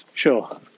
Sure